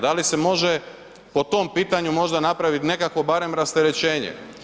Da li se može po tom pitanju možda napraviti nekakvo barem rasterećenje?